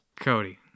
Cody